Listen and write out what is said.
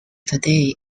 today